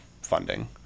funding